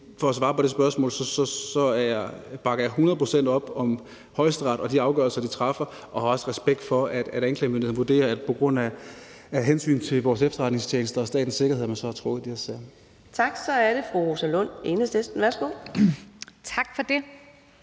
For at svare på spørgsmålet bakker jeg hundrede procent op om Højesteret og de afgørelser, de træffer, og jeg har også respekt for, at anklagemyndigheden vurderer, at man på grund af hensyn til vores efterretningstjenester og statens sikkerhed har trukket de her sager. Kl. 13:12 Fjerde næstformand (Karina Adsbøl): Tak. Så er det